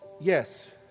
Yes